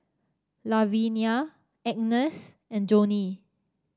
Lavinia Agnes and Johney